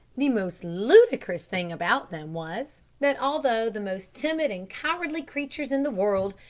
the most ludicrous thing about them was, that although the most timid and cowardly creatures in the world,